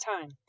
time